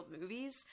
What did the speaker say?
movies